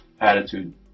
attitude